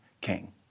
king